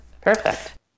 Perfect